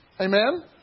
Amen